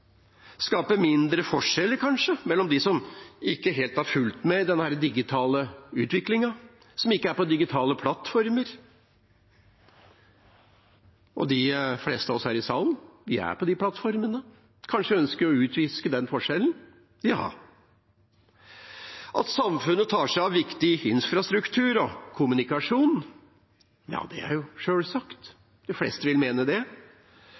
Skape mindre forskjeller, kanskje, mellom de som ikke helt har fulgt med i denne digitale utviklingen, som ikke er på digitale plattformer, og de som er det? De fleste av oss her i salen er på de plattformene. Kanskje vi ønsker å utviske den forskjellen? Ja. At samfunnet tar seg av viktig infrastruktur og kommunikasjon – ja, det er jo sjølsagt, de fleste vil mene det.